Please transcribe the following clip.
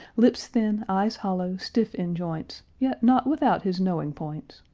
lips thin, eyes hollow, stiff in joints yet not without his knowing points.